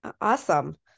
awesome